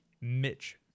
Mitch